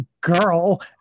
girl